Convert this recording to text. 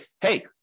hey